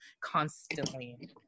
constantly